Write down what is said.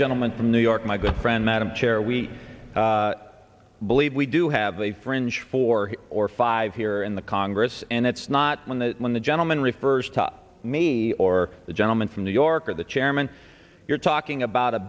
gentleman from new york my good friend madam chair we believe we do have a fringe four or five here in the congress and it's not one that when the gentleman refers to me or the gentleman from new york or the chairman you're talking about